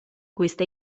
questa